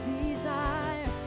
desire